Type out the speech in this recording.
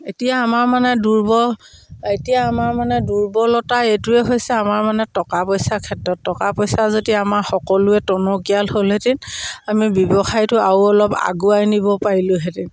এতিয়া আমাৰ মানে দুৰ্ব এতিয়া আমাৰ মানে দুৰ্বলতা এইটোৱে হৈছে আমাৰ মানে টকা পইচাৰ ক্ষেত্ৰত টকা পইচা যদি আমাৰ সকলোৱে টনকিয়াল হ'লহেঁতেন আমি ব্যৱসায়টো আৰু অলপ আগুৱাই নিব পাৰিলোঁহেঁতেন